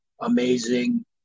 amazing